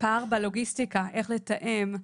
פער בלוגיסטיקה איך לתאם,